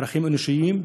ערכים אנושיים.